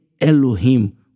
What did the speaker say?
Elohim